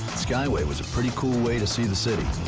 skyway was a pretty cool way to see the city.